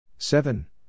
Seven